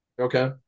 Okay